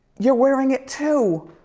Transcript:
you're wearing it too.